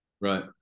Right